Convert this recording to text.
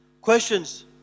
Questions